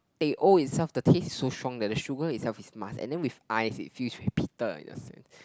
they all itself the taste so strong that the sugar itself is must and then with ice it fused with bitter